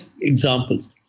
examples